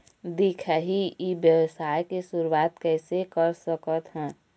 दिखाही ई व्यवसाय के शुरुआत किसे कर सकत हे?